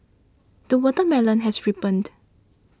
the watermelon has ripened